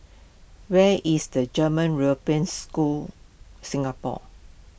where is the German European School Singapore